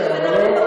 שגם אנחנו,